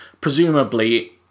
presumably